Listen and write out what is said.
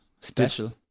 special